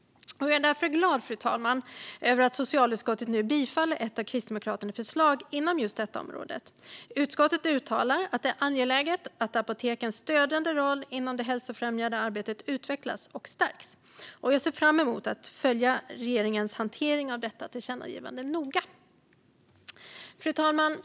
Jag är därför glad, fru talman, över att socialutskottet nu tillstyrker ett av Kristdemokraternas förslag inom just detta område. Utskottet uttalar att det är angeläget att apotekens stödjande roll inom det hälsofrämjande arbetet utvecklas och stärks. Jag ser fram emot att följa regeringens hantering av detta tillkännagivande noga. Fru talman!